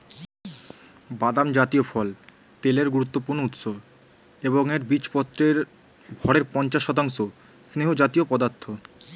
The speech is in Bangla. বাদাম জাতীয় ফল তেলের গুরুত্বপূর্ণ উৎস এবং এর বীজপত্রের ভরের পঞ্চাশ শতাংশ স্নেহজাতীয় পদার্থ